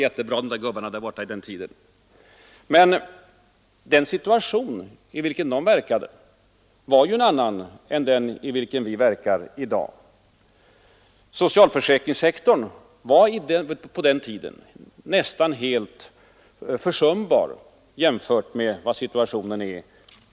Högerledarna då var ”jättebra”. Men den situation i vilken de verkade var ju en helt annan än den vi verkar i nu. Socialförsäkringssektorn var på den tiden nästan försumbar jämfört med dagens situation.